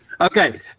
Okay